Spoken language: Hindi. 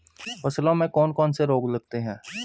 फसलों में कौन कौन से रोग लगते हैं?